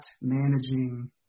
managing